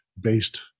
based